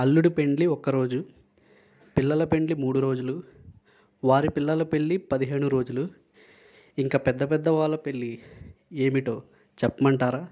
అల్లుడు పెండ్లి ఒక్కరోజు పిల్లల పెండ్లి మూడు రోజులు వారి పిల్లల పెళ్లి పదిహేను రోజులు ఇంకా పెద్ద పెద్ద వాళ్ళ పెళ్లి ఏమిటో చెప్పమంటారా